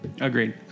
Agreed